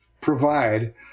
provide